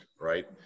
right